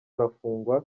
arafungwa